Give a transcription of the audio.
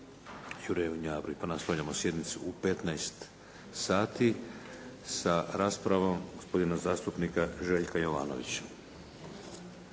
Njavri. Pa nastavljamo sjednicu u 15 sati sa raspravom gospodina zastupnika Željka Jovanovića.